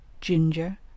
ginger